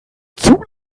zug